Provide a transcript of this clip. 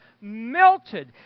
melted